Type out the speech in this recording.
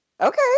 Okay